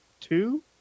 two